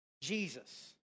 Jesus